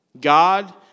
God